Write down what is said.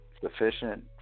sufficient